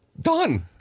Done